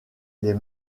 les